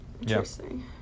Interesting